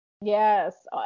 Yes